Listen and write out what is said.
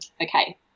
Okay